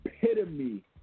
epitome